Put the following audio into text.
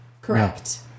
Correct